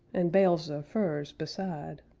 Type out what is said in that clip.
and bales of furs beside.